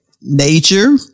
nature